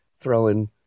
throwing